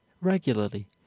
regularly